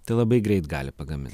tai labai greit gali pagamint